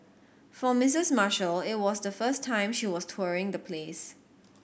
for Missis Marshall it was the first time she was touring the place